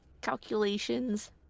calculations